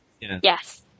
Yes